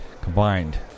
Combined